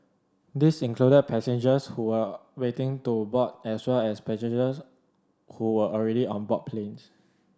these included passengers who were waiting to board as well as passengers who were already on board planes